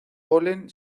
polen